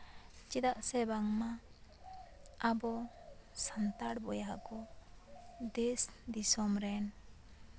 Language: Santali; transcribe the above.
ᱪᱮᱫᱟᱜ ᱥᱮ ᱵᱟᱝᱢᱟ ᱟᱵᱚ ᱥᱟᱱᱛᱟᱲ ᱵᱚᱭᱦᱟ ᱠᱚ ᱫᱮᱥ ᱫᱤᱥᱚᱢ ᱨᱮᱱ